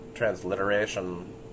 transliteration